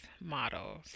models